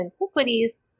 antiquities